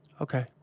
Okay